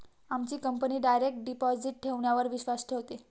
आमची company direct deposit ठेवण्यावर विश्वास ठेवते